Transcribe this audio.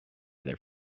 their